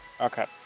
Okay